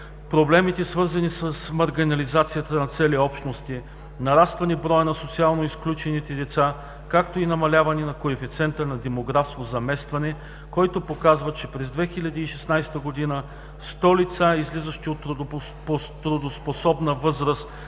проблемите, свързани с маргинализацията на цели общности, нарастване броя на социално изключените лица, както и намаляване на коефициента на демографско заместване, който показва, че през 2016 г. 100 лица, излизащи от трудоспособна възраст,